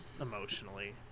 emotionally